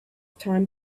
time